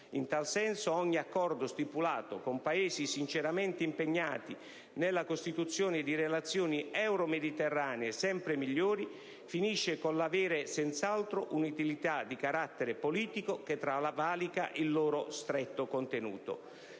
In tal senso, ogni Accordo stipulato con Paesi sinceramente impegnati nella costruzione di relazioni euro-mediterranee sempre migliori, finisce con l'avere senz'altro un'utilità di carattere politico che travalica il loro stretto contenuto.